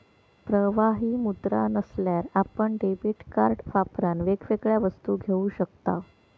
प्रवाही मुद्रा नसल्यार आपण डेबीट कार्ड वापरान वेगवेगळ्या वस्तू घेऊ शकताव